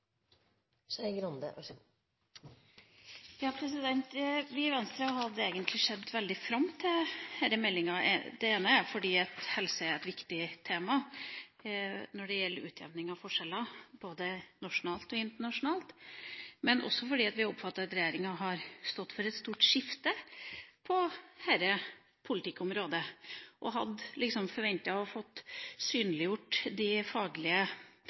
Vi i Venstre hadde egentlig sett veldig fram til denne meldinga, fordi helse er et viktig tema når det gjelder utjevning av forskjeller både nasjonalt og internasjonalt, men også fordi vi oppfatter at regjeringa har stått for et stort skifte på dette politikkområdet. Vi hadde forventet å få synliggjort de faglige vurderingene og prioriteringene som ligger bak det.